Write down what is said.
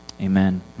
Amen